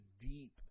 deep